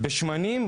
בשמנים,